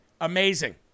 Amazing